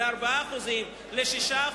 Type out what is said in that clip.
ל-4%, ל-6%.